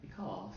because